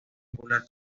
popular